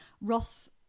ross